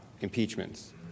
impeachments